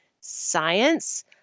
science